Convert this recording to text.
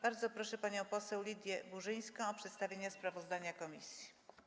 Bardzo proszę panią poseł Lidię Burzyńską o przedstawienie sprawozdania komisji.